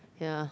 ya